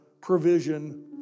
provision